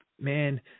man